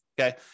okay